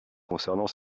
concernant